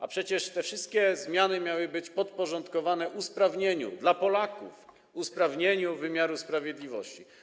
A przecież te wszystkie zmiany miały być podporządkowane usprawnieniu dla Polaków wymiaru sprawiedliwości.